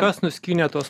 kas nuskynė tuos